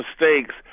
mistakes